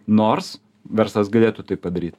nors verslas galėtų tai padaryt